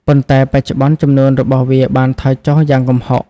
ប៉ុន្តែបច្ចុប្បន្ន ចំនួនរបស់វាបានថយចុះយ៉ាងគំហុក។